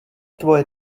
tvoje